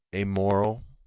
a moral,